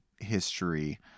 history